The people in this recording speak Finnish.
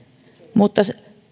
mutta